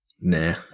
Nah